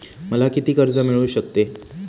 मला किती कर्ज मिळू शकते?